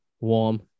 warm